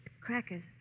Crackers